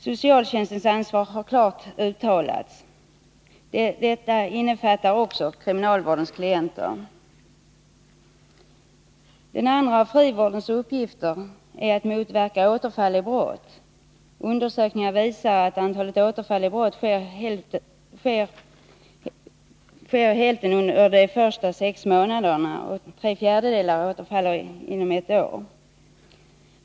Socialtjänstens ansvar har klart uttalats. Detta innefattar också kriminalvårdens klienter. Den andra av frivårdens uppgifter är att motverka återfall i brott. Undersökningar visar att av antalet återfall i brott sker hälften under de första sex månaderna och tre fjärdedelar inom ett år.